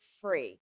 free